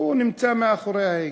הנמצא מאחורי ההגה.